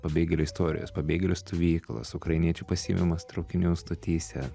pabėgėlių istorijos pabėgėlių stovyklos ukrainiečių pasiėmimas traukinių stotyse